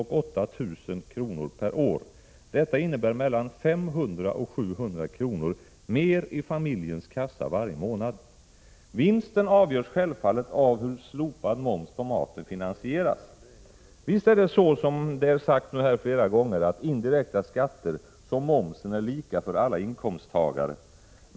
och 8 000 kr. per år. Detta innebär mellan 500 och 700 kr. mer i familjens kassa varje månad. Vinsten avgörs självfallet av hur slopandet av momsen på maten finansieras. Visst är det så, som det sagts här flera gånger, att indirekta skatter som momsen är lika för alla inkomsttagare.